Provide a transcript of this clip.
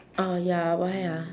orh ya why ah